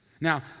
Now